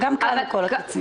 חבר הכנסת